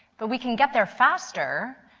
but we can get there faster,